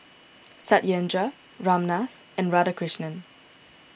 Satyendra Ramnath and Radhakrishnan